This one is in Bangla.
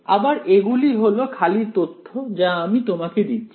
আবার এগুলি হল খালি তথ্য যা আমি তোমাকে দিচ্ছি